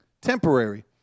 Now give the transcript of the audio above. temporary